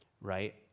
right